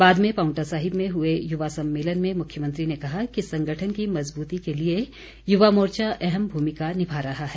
बाद में पांवटा साहिब में हए युवा सम्मेलन में मुख्यमंत्री ने कहा कि संगठन की मजबूती के लिए युवा मोर्चा अहम भूमिका निभा रहा है